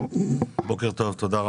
בבקשה.